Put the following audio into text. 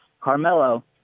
Carmelo